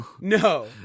No